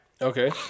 Okay